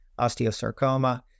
osteosarcoma